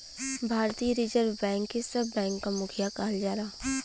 भारतीय reserve bank के सब बैंक क मुखिया कहल जाला